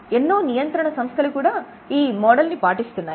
ఎన్నో నియంత్రణ సంస్థలు కూడా ఈ మోడల్ ని పాటిస్తున్నాయి